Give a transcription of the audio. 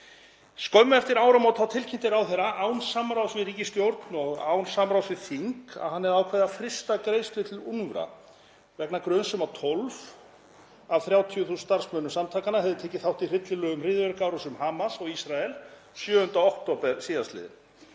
Skömmu eftir áramót tilkynnti ráðherra, án samráðs við ríkisstjórn og án samráðs við þing, að hann hefði ákveðið að frysta greiðslur til UNRWA vegna gruns um að 12 af 30.000 starfsmönnum samtakanna hefðu tekið þátt í hryllilegum hryðjuverkaárásum Hamas á Ísrael 7. október síðastliðinn.